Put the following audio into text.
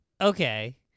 Okay